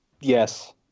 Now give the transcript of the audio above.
Yes